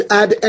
add